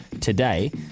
today